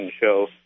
show